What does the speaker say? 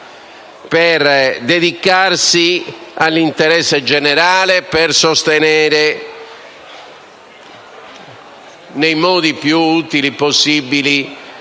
per dedicarsi all'interesse generale, per sostenere nei modi più utili possibili